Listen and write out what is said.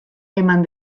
eman